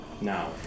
Now